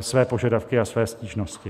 své požadavky a své stížnosti.